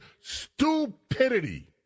stupidity